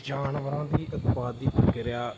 ਜਾਨਵਰ ਦੀ ਉਤਪਾਦਕ ਪ੍ਰਕਿਰਿਆ